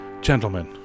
Gentlemen